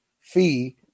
fee